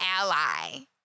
ally